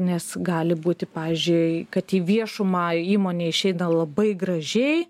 nes gali būti pavyzdžiui kad į viešumą įmonė išeina labai gražiai